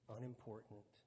unimportant